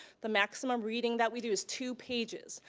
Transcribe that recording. the maximum reading that we do is two pages,